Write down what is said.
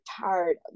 tired